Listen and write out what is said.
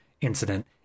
incident